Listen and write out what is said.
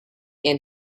and